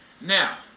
Now